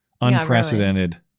unprecedented